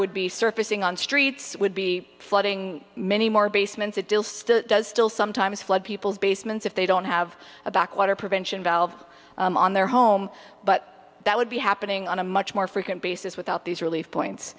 would be surfacing on streets would be flooding many more basements it does still sometimes flood people's basements if they don't have a backwater prevention valve on their home but that would be happening on a much more frequent basis without these relief point